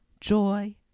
joy